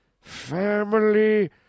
Family